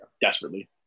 desperately